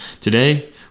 today